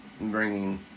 bringing